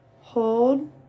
hold